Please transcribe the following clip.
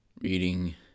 Reading